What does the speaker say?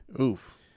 Oof